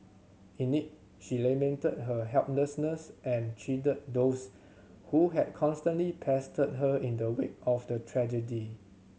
in it she lamented her helplessness and chided those who had constantly pestered her in the wake of the tragedy